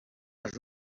els